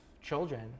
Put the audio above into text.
children